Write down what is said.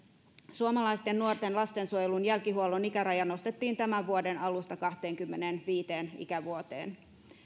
suomalaisten nuorten lastensuojelun jälkihuollon ikäraja nostettiin tämän vuoden alusta kahteenkymmeneenviiteen ikävuoteen